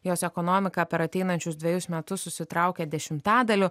jos ekonomika per ateinančius dvejus metus susitraukė dešimtadaliu